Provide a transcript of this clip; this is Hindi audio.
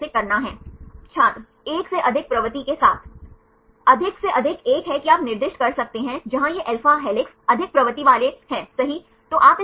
कैसे सत्यापित करें कैसे जांचें कि क्या ये अवशेष वास्तव में अल्फा हेलिक्स बनाते हैं या नहीं